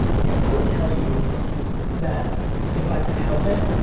yeah, i would tell you that if i could help it